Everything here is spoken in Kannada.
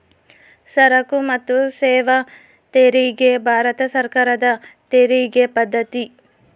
ಸರಕು ಮತ್ತು ಸೇವಾ ತೆರಿಗೆ ಭಾರತ ಸರ್ಕಾರದ ತೆರಿಗೆ ಪದ್ದತಿ